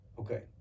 Okay